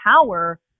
power